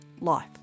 life